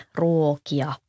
ruokia